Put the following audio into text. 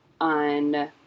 on